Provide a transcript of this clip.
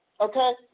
Okay